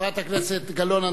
חברת הכנסת גלאון,